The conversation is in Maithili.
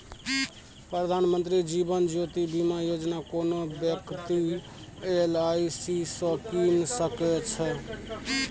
प्रधानमंत्री जीबन ज्योती बीमा योजना कोनो बेकती एल.आइ.सी सँ कीन सकै छै